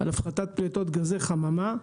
על הפחתת פליטות גזי חממה.